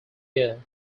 year